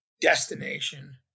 destination